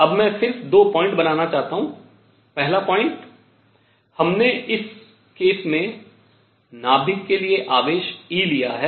अब मैं सिर्फ दो बिंदु बनाना चाहता हूँ पहला बिंदु हमने इस केस में नाभिक के लिए आवेश e लिया है